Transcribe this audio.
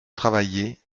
travaillais